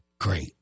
great